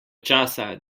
časa